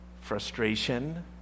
frustration